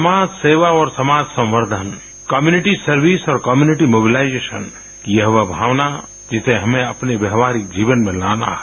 समाज सेवा और समाज संवर्धन कम्युनिटी सर्विस और कम्युनिटी मोबलाइजेशन यह वो भावना जिसे हमें अपने व्यवहारिक जीवन में लाना है